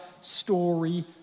story